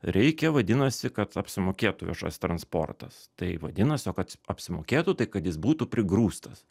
reikia vadinasi kad apsimokėtų viešasis transportas tai vadinasi o kad apsimokėtų tai kad jis būtų prigrūstas